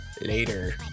later